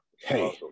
Hey